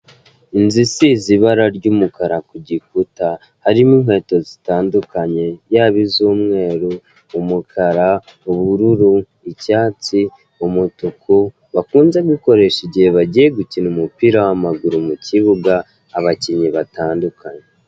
Inzu isize ibara ry'umukara kugikuta harimo inkweto zitandukanye yaba iz'umweru, umukara, ubururu, icyatsi, umutuku bakunze gukoresha igihe bagiye gukina umupira w'amaguru mukibuga abakinnyi batandukanye.